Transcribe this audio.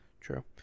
True